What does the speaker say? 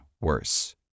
worse